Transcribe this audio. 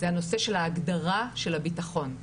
זה הנושא של ההגדרה של הביטחון,